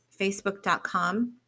facebook.com